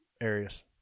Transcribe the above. areas